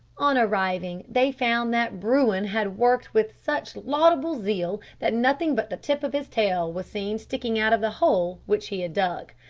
on arriving, they found that bruin had worked with such laudable zeal that nothing but the tip of his tail was seen sticking out of the hole which he had dug.